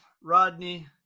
rodney